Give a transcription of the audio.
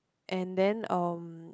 and then um